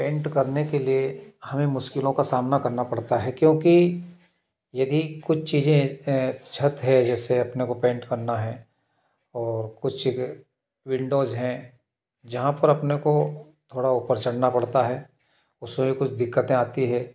paint करने के लिए हमें मुश्किलों का सामना करना पड़ता है क्योंकि यदि कुछ चीज़ें ऐसी छत है जैसे अपने को पेंट करना है और कुछ जगह विंडोज हैं जहाँ पर अपने को थोड़ा ऊपर चढ़ना पड़ता है उसमें कुछ दिक्कतें आती हैं